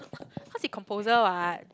cause he composer what